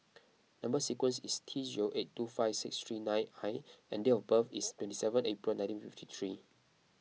Number Sequence is T zero eight two five six three nine I and date of birth is twenty seven April nineteen fifty three